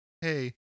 hey